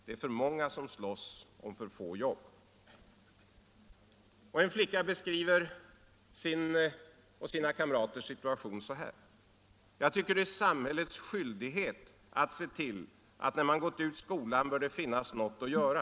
Det är för många som slåss om för få jobb.” En flicka beskriver sin och sina kamraters situation så här: ”Jag tycker det är samhällets skyldighet att se till att när man gått ut skolan bör det finnas något att göra .